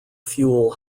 fuel